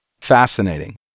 fascinating